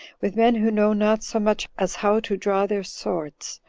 with men who know not so much as how to draw their swords.